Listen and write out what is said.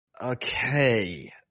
Okay